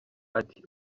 ati